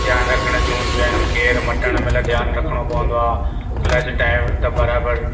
ध्यानु रखण जूं हूंदियूं आहिनि गेअर मटण महिल ध्यानु रखिणो पवंदो आहे क्लच टायर सभु बराबरि